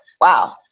wow